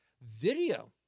Video